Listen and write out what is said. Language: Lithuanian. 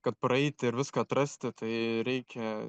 kad praeiti ir viską atrasti tai reikia